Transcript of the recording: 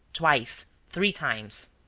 twice, three times.